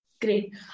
Great